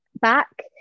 back